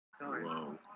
whoa